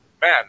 man